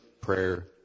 prayer